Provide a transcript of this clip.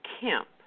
Kemp